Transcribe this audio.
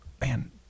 man